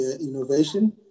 Innovation